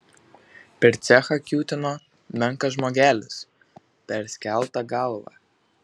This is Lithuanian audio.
per cechą kiūtino menkas žmogelis perskelta galva